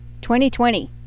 2020